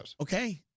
Okay